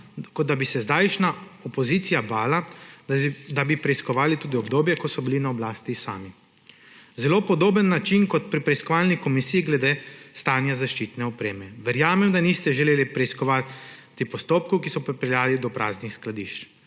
ko da bi se zdajšnja opozicija bala, da bi preiskovali tudi obdobje, ko so bili na oblasti sami. Zelo podoben način, kot pri preiskovalni komisiji glede stanja zaščitne opreme. Verjamem, da niste želeli preiskovati postopkov, ki so pripeljali do praznih skladišč.